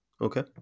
okay